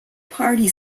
party